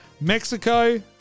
Mexico